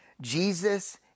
Jesus